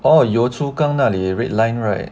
哦 yio chu kang 那里 red line right